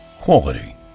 Quality